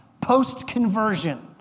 post-conversion